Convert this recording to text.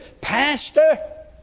pastor